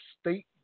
state